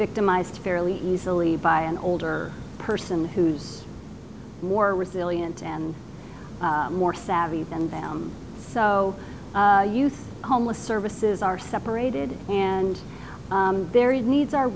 victimized fairly easily by an older person who's more resilient and more savvy than them so youth homeless services are separated and there he needs are